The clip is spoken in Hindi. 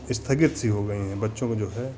स्थगित सी हो गई हैं बच्चों को जो है